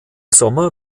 sommer